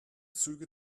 züge